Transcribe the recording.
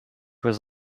was